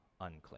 unclean